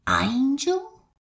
angel